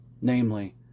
namely